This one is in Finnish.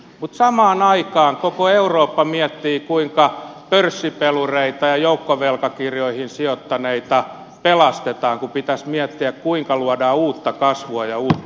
mutta samaan aikaan koko eurooppa miettii kuinka pörssipelureita ja joukkovelkakirjoihin sijoittaneita pelastetaan kun pitäisi miettiä kuinka luodaan uutta kasvua ja uutta työtä